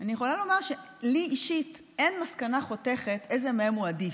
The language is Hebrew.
אני יכולה לומר שלי אישית אין מסקנה חותכת איזה מהם הוא עדיף.